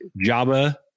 Java